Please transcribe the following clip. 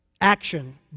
action